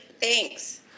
Thanks